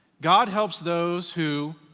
god helps those who?